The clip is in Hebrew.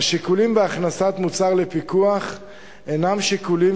השיקולים בהכנסת מוצר לפיקוח אינם שיקולים